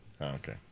okay